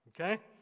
okay